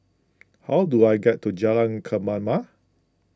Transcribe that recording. how do I get to Jalan Kemaman